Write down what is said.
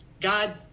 God